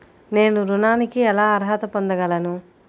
నేను ఋణానికి ఎలా అర్హత పొందగలను?